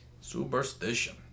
superstition